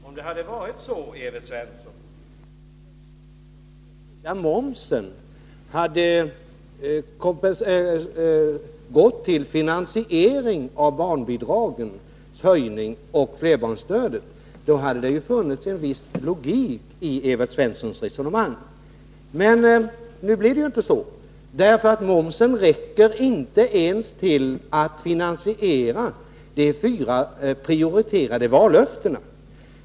Herr talman! Om momsen, Evert Svensson, skulle användas till finansiering av en höjning av barnbidragen och flerbarnsstödet, hade det ju funnits en viss logik i resonemanget. Men nu blir det ju inte så. Momsen räcker inte ens till att finansiera de fyra prioriterade vallöftena.